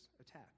attacks